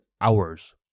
hours